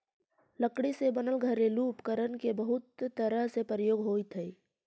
लकड़ी से बनल घरेलू उपकरण के बहुत तरह से प्रयोग होइत हइ